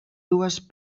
dues